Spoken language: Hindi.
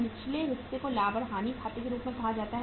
निचले हिस्से को लाभ और हानि खाते के रूप में कहा जाता है